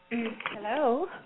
Hello